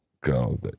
go